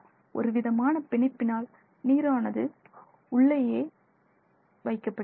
ஒருவிதமான பிணைப்பினால் நீரானது உள்ளேயே வைக்கப்பட்டிருக்கும்